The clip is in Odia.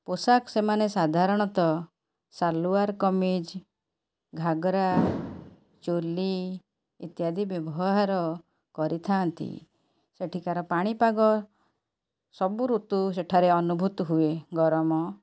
ପୋଷାକ ସେମାନେ ସାଧାରଣତଃ ସାଲୁଆର୍ କମିଜ୍ ଘାଗରା ଚୁଲି ଇତ୍ୟାଦି ବ୍ୟବହାର କରିଥାନ୍ତି ସେଠିକାର ପାଣିପାଗ ସବୁ ଋତୁ ସେଠାରେ ଅନୁଭୂତ ହୁଏ ଗରମ